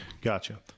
gotcha